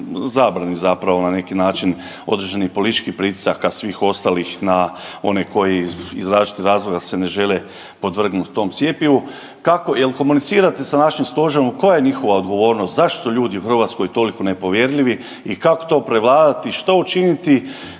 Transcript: zabrani zapravo na neki način određenih političkih pritisaka svih ostalih na one koji iz različitih razloga se ne žele podvrgnut tom cjepivu, jel komunicirate sa našim stožerom koja je njihova odgovornost, zašto su ljudi u Hrvatskoj toliko nepovjerljivi i kako to prevladati? Što učiniti